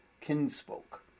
kinsfolk